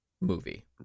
movie